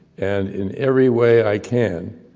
and in every way i can,